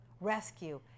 rescue